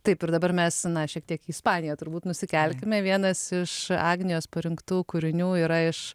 taip ir dabar mes na šiek tiek į ispaniją turbūt nusikelkime vienas iš agnijos parinktų kūrinių yra iš